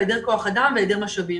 על היעדר כוח אדם ועל היעדר משאבים.